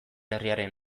herriaren